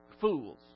fools